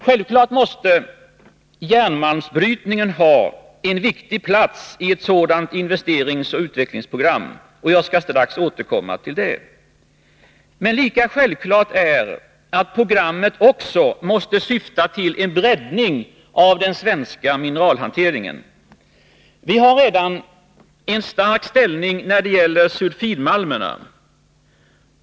Självfallet måste järnmalmsbrytningen ha en viktig plats i ett sådant investeringsoch utvecklingsprogram, och jag skall strax återkomma till det. Men lika självklart är att programmet också måste syfta till en breddning av den svenska mineralhanteringen. Vi har redan en stark ställning när det gäller sulfidmalmerna.